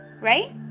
right